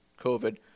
COVID